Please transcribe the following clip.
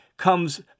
comes